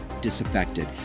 disaffected